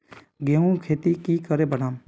गेंहू खेती की करे बढ़ाम?